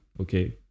okay